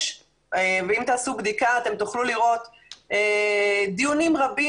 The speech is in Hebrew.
אם תעשו בדיקה אתם תוכלו לראות דיונים רבים